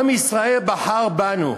עם ישראל בחר בנו,